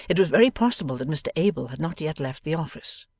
it was very possible that mr abel had not yet left the office.